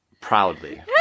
proudly